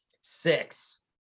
six